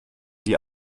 die